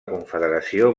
confederació